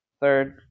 third